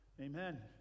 Amen